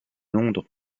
londres